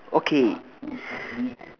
okay